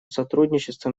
сотрудничеству